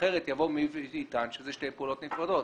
אחרת יטען מישהו שזה שתי פעולות נפרדות.